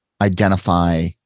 identify